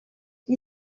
gli